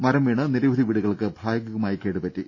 മരം വീണ് നിരവധി വീടുകൾക്ക് ഭാഗികമായി കേടുപറ്റി